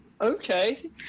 Okay